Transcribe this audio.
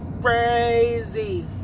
crazy